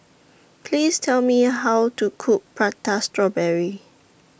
Please Tell Me How to Cook Prata Strawberry